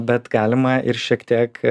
bet galima ir šiek tiek